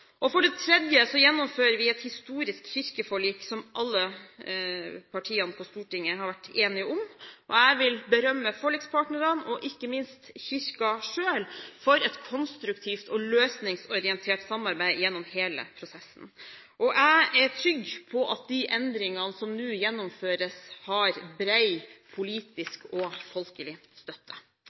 For det tredje gjennomfører vi et historisk kirkeforlik som alle partiene på Stortinget har vært enige om. Jeg vil berømme forlikspartnerne og ikke minst Kirken selv for et konstruktivt og løsningsorientert samarbeid gjennom hele prosessen, og jeg er trygg på at de endringene som nå gjennomføres, har bred politisk og folkelig støtte.